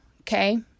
Okay